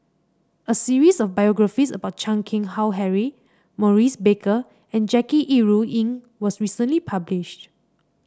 a series of biographies about Chan Keng Howe Harry Maurice Baker and Jackie Yi Ru Ying was recently published